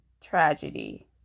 tragedy